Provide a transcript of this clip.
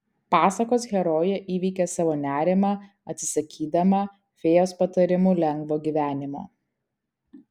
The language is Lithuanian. pasakos herojė įveikia savo nerimą atsisakydama fėjos patarimu lengvo gyvenimo